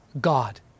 God